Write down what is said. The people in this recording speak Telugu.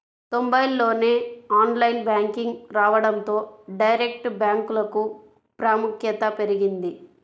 తొంబైల్లోనే ఆన్లైన్ బ్యాంకింగ్ రావడంతో డైరెక్ట్ బ్యాంకులకు ప్రాముఖ్యత పెరిగింది